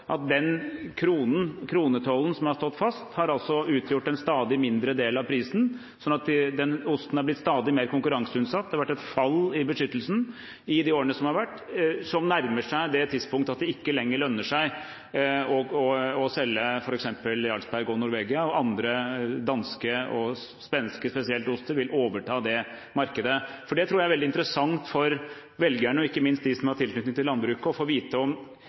at den kronetollen som har stått fast, har utgjort en stadig mindre del av prisen, slik at osten har blitt stadig mer konkurranseutsatt. Det har i årene som har gått, vært et fall i beskyttelsen som nærmer seg det punkt at det ikke lenger lønner seg å selge f.eks. Jarlsberg og Norvegia, og at andre oster, danske og spesielt svenske, vil overta det markedet. Jeg tror det er veldig interessant for velgerne og ikke minst for dem som har tilknytning til landbruket, å få vite